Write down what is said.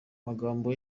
magambo